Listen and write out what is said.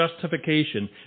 justification